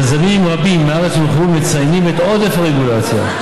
יזמים רבים מהארץ ומחו"ל מציינים את עודף הרגולציה,